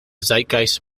zeitgeist